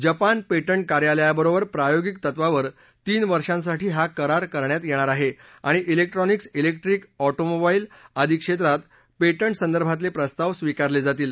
Japan patent कार्यालया बरोबर प्रायोगिक तत्त्वावर तीन वर्षांसाठी हा करार करण्यात येणार आहे आणि इलेक्ट्रॉनिक्स इलेक्ट्रिक ऑटोमोबाईल आदी क्षेत्रात पेटंटच संदर्भातले प्रस्ताव स्वीकारले जातील